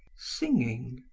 singing.